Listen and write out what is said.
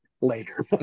later